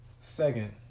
Second